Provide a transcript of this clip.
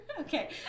Okay